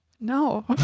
no